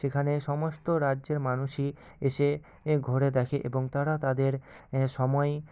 সেখানে সমস্ত রাজ্যের মানুষই এসে এ ঘোরে দেখে এবং তারা তাদের সময়